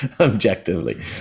objectively